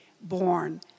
born